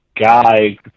guy